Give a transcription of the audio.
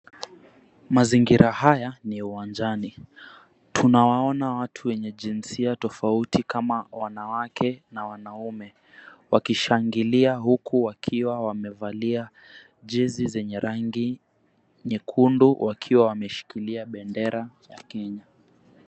Mazingira haya ni ya uwanjani. Tunawaona watu wenye jinsia tofauti kama wanawake na wanaume wakishang𝑖lia huku wakiwa wamevalia jezi zenye rangi nyekundu wakiwa wam𝑒shi𝑘ilia bendera ya Kenya.